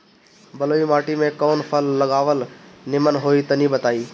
बलुई माटी में कउन फल लगावल निमन होई तनि बताई?